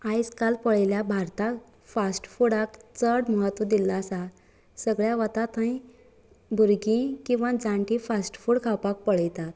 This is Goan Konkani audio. आयज काल पळयल्यार भारतांत फास्ट फुडाक चड म्हत्व दिल्लो आसा सगळे वता थंय भुरगीं किंवां जाण्टीं फास्ट फूड खावपाक पळयतात